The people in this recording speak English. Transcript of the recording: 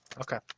Okay